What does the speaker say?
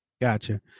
Gotcha